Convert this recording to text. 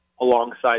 alongside